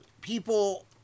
people